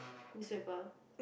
newspaper